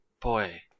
boy